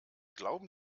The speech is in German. glauben